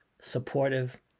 supportive